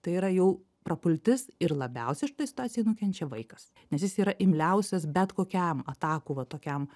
tai yra jau prapultis ir labiausiai šitoj situacijoj nukenčia vaikas nes jis yra imliausias bet kokiam atakų va tokiam